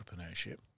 entrepreneurship